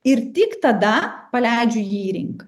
ir tik tada paleidžiu jį į rinką